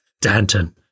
Danton